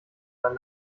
dann